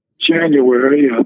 January